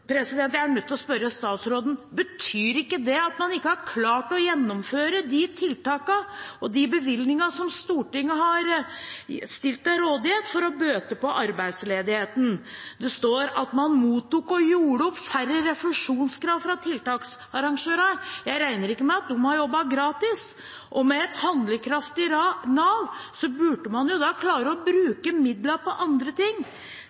Jeg er nødt til å spørre statsråden: Betyr ikke det at man ikke har klart å gjennomføre de tiltakene og de bevilgningene som Stortinget har stilt til rådighet for å bøte på arbeidsledigheten? Det står at man «mottok og gjorde opp færre refusjonskrav fra tiltaksarrangør», jeg regner ikke med at de har jobbet gratis. Med et handlekraftig Nav burde man klare å bruke midlene på andre ting.